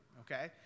Okay